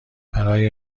برای